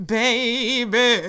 baby